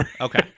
Okay